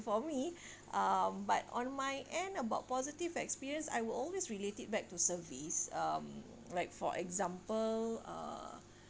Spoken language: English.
for me uh but on my end about positive experience I will always relate it back to service um like for example uh